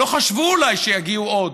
לא חשבו אולי שיגיעו עוד.